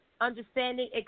understanding